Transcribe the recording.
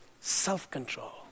self-control